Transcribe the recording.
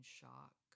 shock